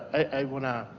i want to